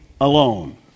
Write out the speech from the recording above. alone